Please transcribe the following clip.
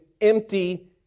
empty